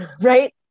right